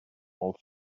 all